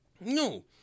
no